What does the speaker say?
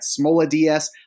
SmolaDS